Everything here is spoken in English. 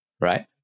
right